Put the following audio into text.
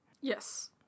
Yes